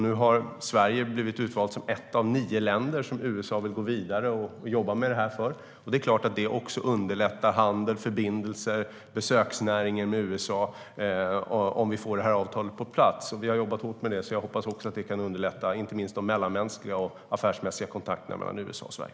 Nu har Sverige blivit utvalt som ett av nio länder som USA vill gå vidare med för att jobba med detta. Det är klart att det underlättar handel och förbindelser med USA och för besöksnäringen, om vi får det avtalet på plats. Vi har jobbat hårt med det. Därför hoppas jag att det kan underlätta, inte minst de mellanmänskliga och affärsmässiga kontakterna mellan USA och Sverige.